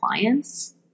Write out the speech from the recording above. clients